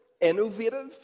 innovative